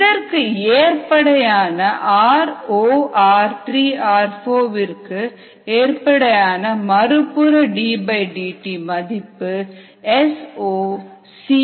இதற்கு ஏற்படையான r0 r3r4 விற்கு ஏர்படையான மறுபுற ddt மதிப்பு S0 CD ஆகும்